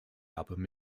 album